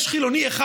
יש חילוני אחד,